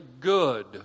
good